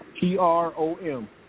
P-R-O-M